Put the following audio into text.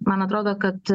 man atrodo kad